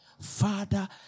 Father